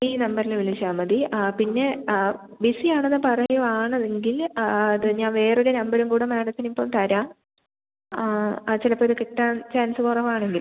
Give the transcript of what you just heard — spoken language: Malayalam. ഈ നമ്പറിൽ വിളിച്ചാൽ മതി പിന്നെ ആ ബി സിയാണെന്ന് പറയുവാണ് എങ്കിൽ ആ അത് ഞാൻ വേറൊരു നമ്പരും കൂടെ മാഡത്തിനിപ്പം തരാം ആ ആ ആ ചിലപ്പോൾ ഇത് കിട്ടാൻ ചാൻസ് കുറവാണെങ്കിലും